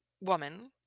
woman